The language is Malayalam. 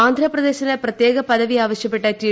ആന്ധ്രാപ്രദേശിന് പ്രത്യേക പദവിയാവശ്യപ്പെട്ട് റ്റി